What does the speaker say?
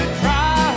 try